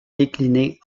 déclinée